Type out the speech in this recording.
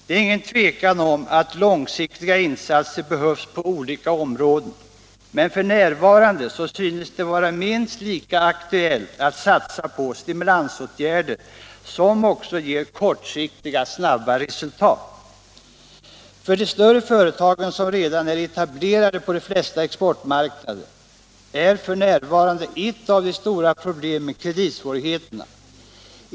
Det råder inga tvivel om att långsiktiga insatser behövs på olika områden, men f.n. synes det vara minst lika aktuellt att satsa på stimulansåtgärder, som också ger kortsiktiga, snabba resultat. För de större företagen, som redan är etablerade på de flesta exportmarknader, är kreditsvårigheterna f.n. ett av de stora problemen.